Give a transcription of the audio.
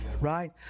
right